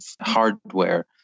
hardware